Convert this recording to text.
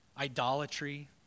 Idolatry